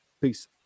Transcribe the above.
Peace